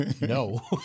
No